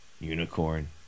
unicorn